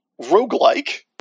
roguelike